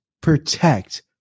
protect